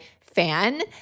fan